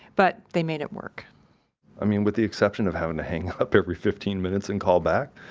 but they made it work i mean, with the exception of having to hang up every fifteen minutes and call back,